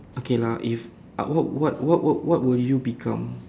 okay lah if what what what what what will you become